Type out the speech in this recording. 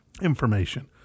information